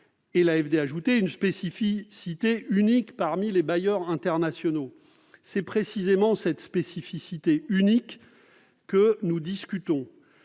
Elle ajoutait :« Une spécificité unique parmi les bailleurs internationaux. » C'est précisément cette spécificité unique que nous mettons